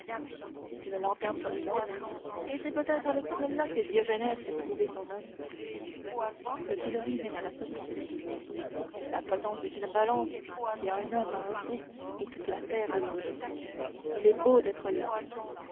c'est une lanterne comme une autre et c'est peut-être avec celle-là que diogénès eût trouvé son homme le pilori mène à la potence la potence est une balance qui a un homme à un bout et toute la terre à l'autre il est beau d'être l'homme